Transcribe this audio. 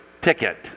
ticket